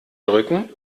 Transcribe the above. drücken